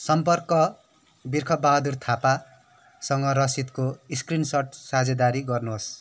सम्पर्क बिर्ख बहादुर थापासँग रसिदको स्क्रिनसट् साझेदारी गर्नुहोस्